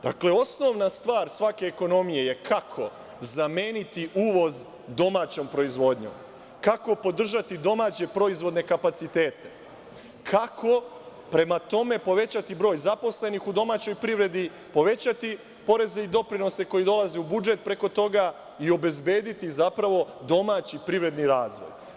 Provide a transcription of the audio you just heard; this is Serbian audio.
Dakle, osnovna stvar svake ekonomije je kako zameniti uvoz domaćom proizvodnjom, kako podržati domaće proizvodne kapacitete, kako prema tome povećati broj zaposlenih u domaćoj privredi, povećati poreze i doprinose koji dolaze u budžet preko toga i obezbediti zapravo domaći privredni razvoj.